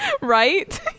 right